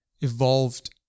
evolved